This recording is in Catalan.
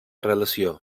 relació